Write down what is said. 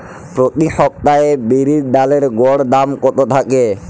প্রতি সপ্তাহে বিরির ডালের গড় দাম কত থাকে?